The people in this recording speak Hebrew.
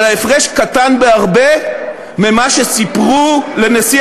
אבל ההפרש קטן בהרבה ממה שסיפרו לנשיא